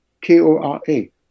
K-O-R-A